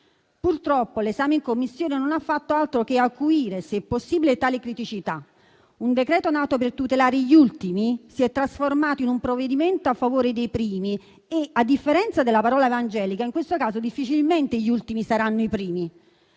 Purtroppo l'esame in Commissione non ha fatto altro che acuire, se possibile, tale criticità. Un decreto nato per tutelare gli ultimi si è trasformato in un provvedimento a favore dei primi e, a differenza della parola evangelica, in questo caso difficilmente gli ultimi saranno i primi.